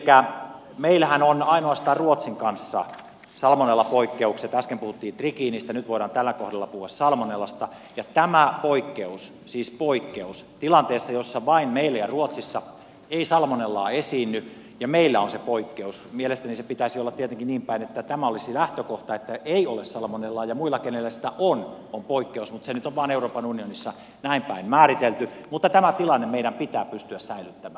elikkä meillähän on ainoastaan ruotsin kanssa salmonellapoikkeukset äsken puhuttiin trikiinistä nyt voidaan tällä kohdalla puhua salmonellasta ja tämä poikkeus siis poikkeus tilanteessa jossa vain meillä ja ruotsissa ei salmonellaa esiinny ja meillä on se poikkeus mielestäni sen pitäisi olla tietenkin niin päin että tämä olisi lähtökohta että ei ole salmonellaa ja muilla kenellä sitä on on poikkeus mutta se nyt on vain euroopan unionissa näin päin määritelty tämä tilanne meidän pitää pystyä säilyttämään